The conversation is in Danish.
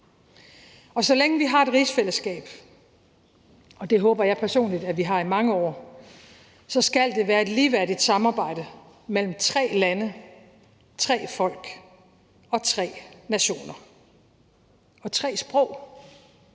Så længe vi har et rigsfællesskab – og det håber jeg personligt at vi har i mange år – så skal det være et ligeværdigt samarbejde mellem tre lande, tre folk og tre nationer og tre sprog,